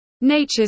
nature's